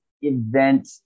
event